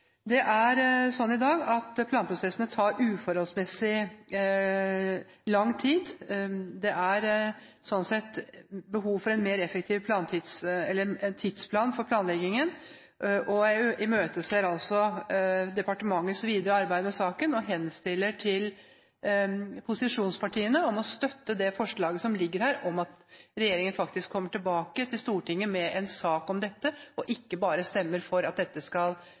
i dag uforholdsmessig lang tid. Det er sånn sett behov for en mer effektiv tidsplan for planleggingen, og jeg imøteser departementets videre arbeid med saken. Jeg henstiller til posisjonspartiene å støtte det forslaget til vedtak som ligger her om at regjeringen kommer tilbake til Stortinget med en sak om dette, og ikke bare stemmer for at dette skal